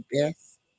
best